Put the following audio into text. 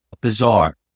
bizarre